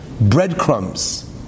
breadcrumbs